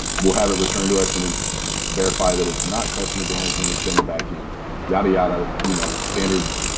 we'll have it returned to us and then verify that it's not customer damage then we send it back in yadda yadda you know standard,